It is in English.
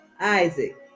Isaac